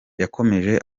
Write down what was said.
yakomeje